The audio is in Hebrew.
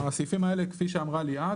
הסעיפים האלה כפי שאמרה ליאת,